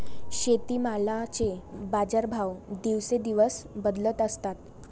शेतीमालाचे बाजारभाव दिवसेंदिवस बदलत असतात